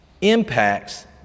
impacts